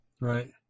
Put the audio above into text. Right